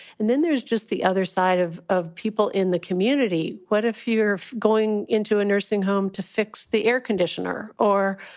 and then there's just the other side of of people in the community. what if you're going into a nursing home to fix the air conditioner or,